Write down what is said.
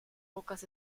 pocas